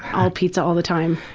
all pizza all the time.